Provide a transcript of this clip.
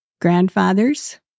Grandfathers